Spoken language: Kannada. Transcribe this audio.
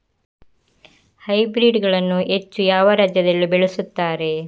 ಹೈಬ್ರಿಡ್ ಗಳನ್ನು ಹೆಚ್ಚು ಯಾವ ರಾಜ್ಯದಲ್ಲಿ ಬೆಳೆಯುತ್ತಾರೆ?